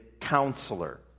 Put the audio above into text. counselor